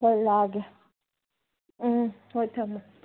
ꯍꯣꯏ ꯂꯥꯛꯑꯒꯦ ꯎꯝ ꯍꯣꯏ ꯊꯝꯃꯦ